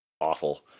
awful